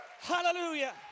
Hallelujah